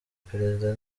perezida